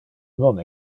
non